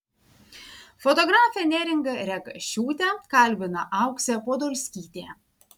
fotografę neringą rekašiūtę kalbina auksė podolskytė